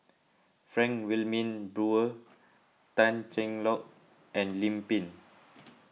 Frank Wilmin Brewer Tan Cheng Lock and Lim Pin